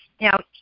Now